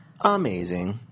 amazing